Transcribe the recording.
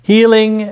Healing